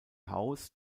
haus